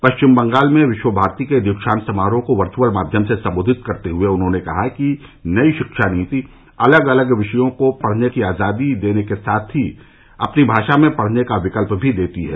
पश्चिम बंगाल में विश्वभारती के दीक्षान्त समारोह को वर्चुअल माध्यम से सम्बोधित करते हुए कहा कि नई शिक्षा नीति अलग अलग विषयों को पढ़ने की आजादी देने के साथ ही अपनी भाषा में पढ़ने का विकल्प भी देती है